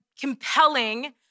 compelling